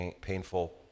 painful